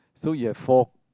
so you have four